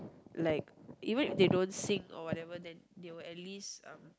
like even if they don't sing or whatever then they will at least uh